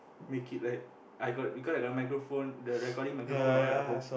make it like I got because I got microphone the recording microphone all that at home